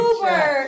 Uber